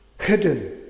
hidden